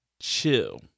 Chill